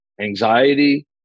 anxiety